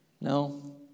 no